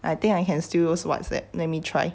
I think I can still use whatsapp let me try